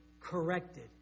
corrected